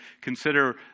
consider